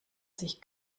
sich